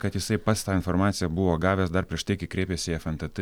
kad jisai pats tą informaciją buvo gavęs dar prieš tai kai kreipėsi į fntt